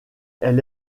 elle